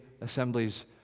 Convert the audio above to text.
assemblies